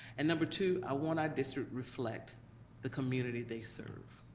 and number two, i want our district reflect the community they serve.